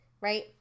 Right